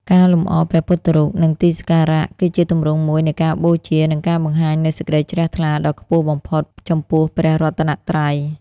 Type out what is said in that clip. ការលម្អព្រះពុទ្ធរូប និងទីសក្ការៈ គឺជាទម្រង់មួយនៃការបូជា និងការបង្ហាញនូវសេចក្តីជ្រះថ្លាដ៏ខ្ពស់បំផុត ចំពោះព្រះរតនត្រ័យ។